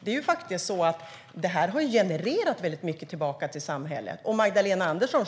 Det här har faktiskt generat väldigt mycket tillbaka till samhället. Om till och med Magdalena Andersson